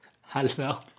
Hello